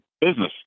business